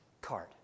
card